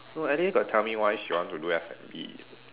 no Alice got tell me why she want to do F&B